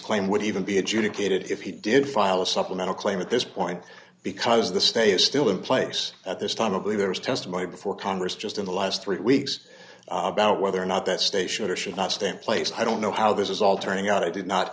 claim would even be adjudicated if he did file a supplemental claim at this point because the stay is still in place at this time of leave there was testimony before congress just in the last three weeks about whether or not that state should or should not step place i don't know how this is all turning out i did not